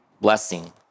blessing